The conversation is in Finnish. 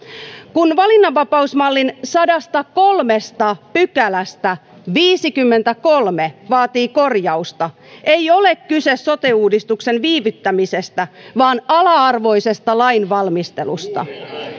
kun valinnanvapausmallin sadastakolmesta pykälästä viisikymmentäkolme vaatii korjausta ei ole kyse sote uudistuksen viivyttämisestä vaan ala arvoisesta lainvalmistelusta